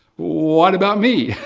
what about me?